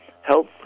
health